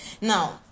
Now